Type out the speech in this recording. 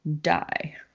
die